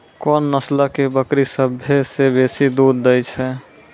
कोन नस्लो के बकरी सभ्भे से बेसी दूध दै छै?